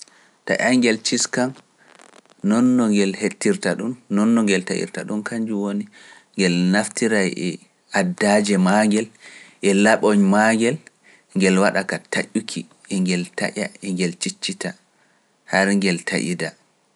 Taƴaingeel ciis kam, noon no ngeel heƴtirta ɗum, noon no ngeel taƴirta ɗum, kanjum woni ngeel naftira e addaaje maa ngel e laɓoñ maa ngel, ngel waɗa ka taƴuki, ngel taƴa, ngel ciccita, hare ngel taƴida.